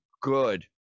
good